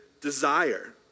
desire